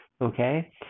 okay